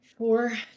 Four